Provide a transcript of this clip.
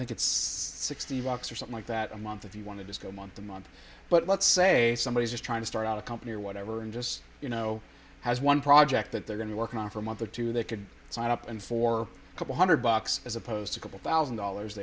think it's sixty bucks or something like that a month if you want to disco month to month but let's say somebody is trying to start out a company or whatever and just you know has one project that they're going to work on for a month or two they can sign up and for a couple hundred bucks as opposed to a couple thousand dollars